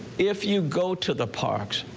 if you go to the parks.